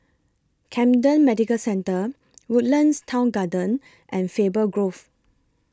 Camden Medical Centre Woodlands Town Garden and Faber Grove